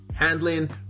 handling